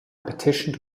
petition